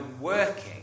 working